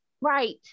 Right